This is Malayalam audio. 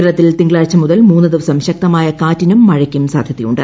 കേരളത്തിൽ തിങ്കളാഴ്ച മുതൽ മൂന്ന് ട്ട്രിപ്സം ശക്തമായ കാറ്റിനും മഴയ്ക്കും സാധ്യതയുണ്ട്